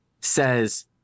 says